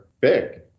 big